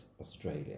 Australia